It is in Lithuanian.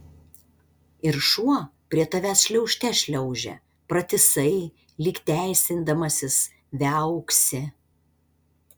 ir šuo prie tavęs šliaužte šliaužia pratisai lyg teisindamasis viauksi